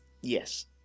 yes